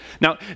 Now